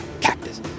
cactus